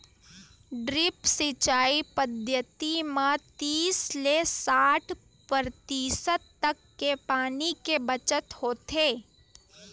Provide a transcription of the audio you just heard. drip सिंचई पद्यति म तीस ले साठ परतिसत तक के पानी के बचत होथे